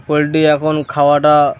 poultry এখন খাওয়াটা